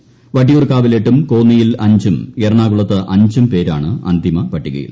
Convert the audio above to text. പ്പട്ടിയൂർക്കാവിൽ എട്ടും കോന്നിയിൽ അഞ്ചും എറണാകുളത്ത് അഞ്ചുപേരുമാണ് അന്തിമപട്ടികയിൽ